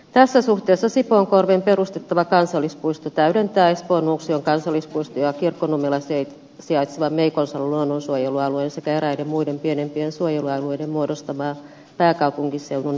tässä suhteessa perustettava sipoonkorven kansallispuisto täydentää espoon nuuksion kansallispuiston ja kirkkonummella sijaitsevan meikonsalon luonnonsuojelualueen sekä eräiden muiden pienempien suojelualueiden muodostamaa pääkaupunkiseudun viherkehää